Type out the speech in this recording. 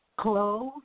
clothes